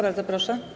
Bardzo proszę.